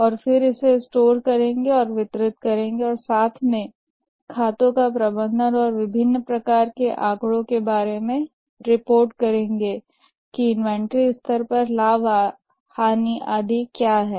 और फिर इसे स्टोर करेंगे और वितरित करेंगे और साथ में खातों का प्रबंधन और विभिन्न प्रकार के आंकड़ों के बारे में रिपोर्ट करेंगे कि इन्वेंट्री स्तर लाभ हानि आदि क्या है